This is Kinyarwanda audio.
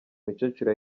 mukecuru